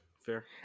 fair